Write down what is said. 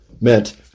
meant